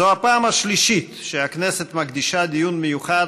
זו הפעם השלישית שהכנסת מקדישה דיון מיוחד